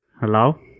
Hello